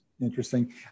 Interesting